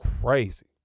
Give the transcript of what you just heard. crazy